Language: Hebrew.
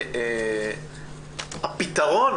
הפתרון